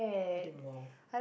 we need more